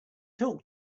talk